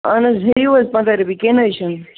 اہن حظ ہیٚیِو حظ پنٛژاہ رۄپیہِ کیٚنٛہہ نہٕ حظ چھِنہٕ